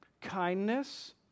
kindness